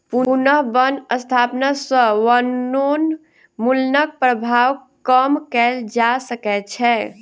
पुनः बन स्थापना सॅ वनोन्मूलनक प्रभाव कम कएल जा सकै छै